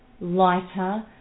lighter